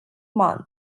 month